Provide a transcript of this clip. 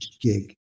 gig